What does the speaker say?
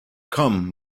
come